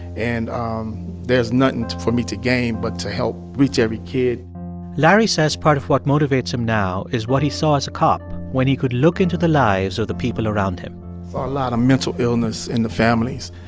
and there's nothing for me to gain but to help reach every kid larry says part of what motivates him now is what he saw as a cop when he could look into the lives of the people around him i saw a lot of mental illness in the families.